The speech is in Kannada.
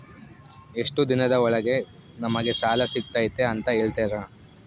ಎಷ್ಟು ದಿನದ ಒಳಗೆ ನಮಗೆ ಸಾಲ ಸಿಗ್ತೈತೆ ಅಂತ ಹೇಳ್ತೇರಾ?